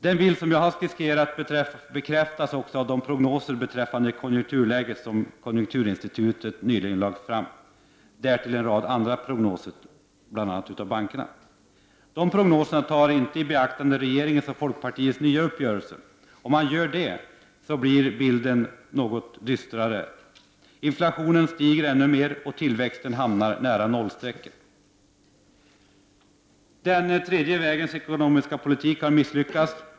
Den bild som jag nu skisserat bekräftas av de prognoser beträffande konjunkturläget som konjunkturinstitutet nyligen framlagt — därtill av en rad andra prognoser, bl.a. av bankerna. Dessa prognoser tar dock inte i beaktande regeringens och folkpartiets nya uppgörelse. Görs detta blir bilden något dystrare. Inflationen stiger ännu mer, och tillväxten hamnar nära 0 strecket. Den tredje vägens ekonomiska politik har misslyckats.